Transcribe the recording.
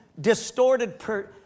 distorted